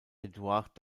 eduard